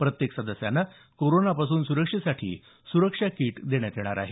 प्रत्येक सदस्यांना कोरोनापासून सुरक्षेसाठी सुरक्षा किट देण्यात येणार आहे